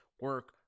Work